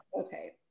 Okay